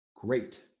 Great